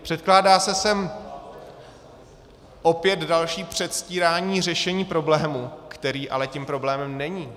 Předkládá se sem opět další předstírání řešení problému, který ale tím problémem není.